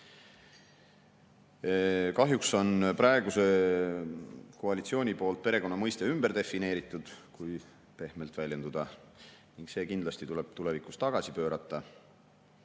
Kahjuks on praegune koalitsioon perekonna mõiste ümber defineerinud, kui pehmelt väljenduda, ning see tuleb kindlasti tulevikus tagasi pöörata.